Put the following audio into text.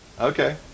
Okay